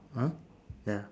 mm ya